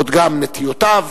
גם את נטיותיו